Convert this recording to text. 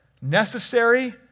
necessary